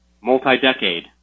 multi-decade